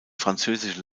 französische